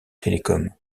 télécom